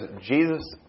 Jesus